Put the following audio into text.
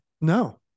No